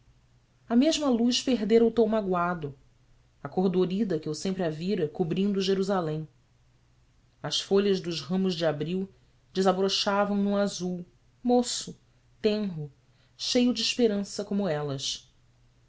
a mesma luz perdera o tom magoado a cor dorida com que eu sempre a vira cobrindo jerusalém as folhas dos ramos de abril desabrochavam num azul moço tenro cheio de esperança como elas